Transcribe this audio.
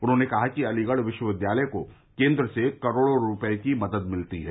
उन्होंने कहा कि अलीगढ़ विश्वविद्यालय को केन्द्र से करोड़ों रूपये की मदद मिलती है